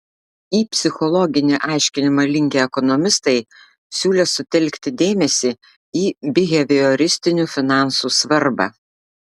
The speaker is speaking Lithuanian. į psichologinį aiškinimą linkę ekonomistai siūlė sutelkti dėmesį į bihevioristinių finansų svarbą